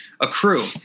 accrue